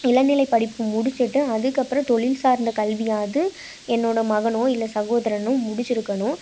இளநிலை படிப்பு முடிச்சிட்டு அதுக்கப்புறம் தொழில் சார்ந்த கல்வியாவது என்னோடய மகனோ இல்லை சகோதரனும் முடிச்சிருக்கணும்